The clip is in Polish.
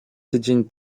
tydzień